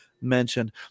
mentioned